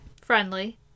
Friendly